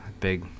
big